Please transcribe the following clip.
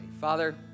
Father